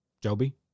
Joby